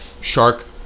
shark